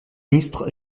ministre